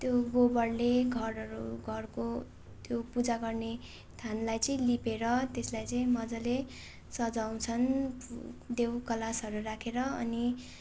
त्यो गोबरले घरहरू घरको त्यो पूजा गर्ने थानलाई चाहिँ लिपेर त्यसलाई चाहिँ मजाले सजाउँछ्न् देव कलशहरू राखेर अनि